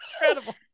incredible